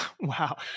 Wow